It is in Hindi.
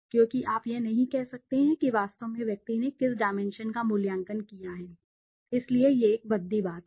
क्योंकि आप यह नहीं कह सकते हैं कि वास्तव में व्यक्ति ने किस डाइमेंशन का मूल्यांकन किया है इसलिए यह एक भद्दी बात है